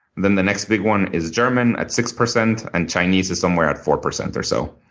then the next big one is german at six percent, and chinese is somewhere at four percent or so.